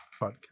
podcast